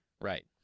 Right